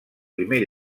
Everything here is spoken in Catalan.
primer